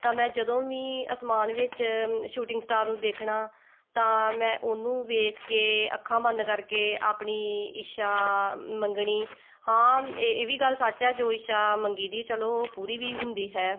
ਤਾਂ ਮੈਂ ਜਦੋਂ ਵੀ ਆਸਮਾਨ ਵਿੱਚ ਸ਼ੂਟਿੰਗ ਸਟਾਰ ਨੂੰ ਦੇਖਣਾ ਤਾਂ ਮੈਂ ਉਹਨੂੰ ਵੇਖ ਕੇ ਅੱਖਾਂ ਬੰਦ ਕਰਕੇ ਆਪਣੀ ਇੱਛਾ ਮੰਗਣੀ ਹਾਂ ਏ ਇਹ ਵੀ ਗੱਲ ਸੱਚ ਆ ਜੋ ਇੱਛਾ ਮੰਗੀਦੀ ਚਲੋ ਉਹ ਪੂਰੀ ਵੀ ਹੁੰਦੀ ਹੈ